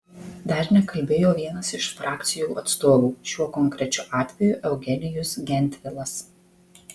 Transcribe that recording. dar nekalbėjo vienas iš frakcijų atstovų šiuo konkrečiu atveju eugenijus gentvilas